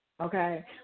Okay